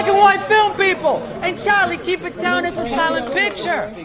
white film people. and charlie, keep it down it's a silent picture.